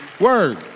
word